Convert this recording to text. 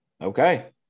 Okay